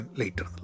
later